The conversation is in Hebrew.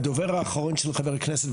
הדובר האחרון שהוא חבר הכנסת,